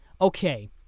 okay